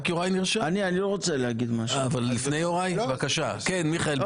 יוראי בבקשה.